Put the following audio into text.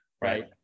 right